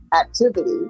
activity